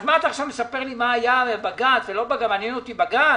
אז מה אתה עכשיו מספר לי מה היה בבג"צ מעניין אותי בג"צ?